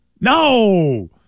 No